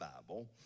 Bible